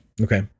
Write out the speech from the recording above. okay